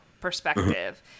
perspective